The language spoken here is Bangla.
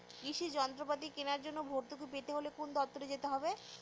কৃষি যন্ত্রপাতি কেনার জন্য ভর্তুকি পেতে হলে কোন দপ্তরে যেতে হবে?